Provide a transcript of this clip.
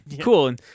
cool